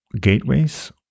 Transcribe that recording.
gateways